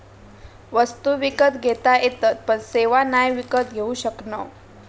वस्तु विकत घेता येतत पण सेवा नाय विकत घेऊ शकणव